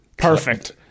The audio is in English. perfect